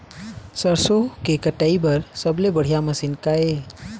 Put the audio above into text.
सरसों के कटाई बर सबले बढ़िया मशीन का ये?